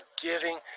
giving